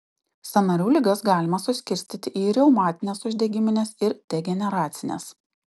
sąnarių ligas galima suskirstyti į reumatines uždegimines ir degeneracines